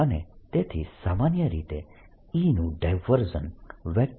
અને તેથી સામાન્ય રીતે E નું ડાયવર્જન્સ